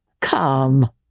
Come